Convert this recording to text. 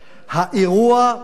האירוע חולף,